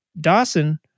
Dawson